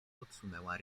odsunęła